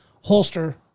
holster